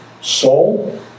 soul